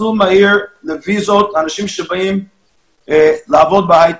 מסלול מהיר לוויזות, אנשים שבאים לעבוד בהייטק,